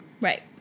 Right